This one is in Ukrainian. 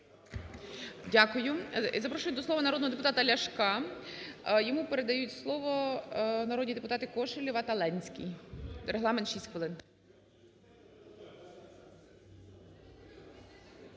Дякую. Запрошую до слова народного депутата Ляшка. Йому передають слово народні депутати Кошелєва та Ленський. Регламент – 6 хвилин.